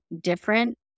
different